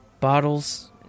Bottles